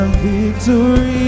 victory